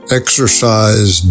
exercise